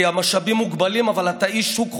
כי המשאבים מוגבלים, אבל אתה איש שוק חופשי,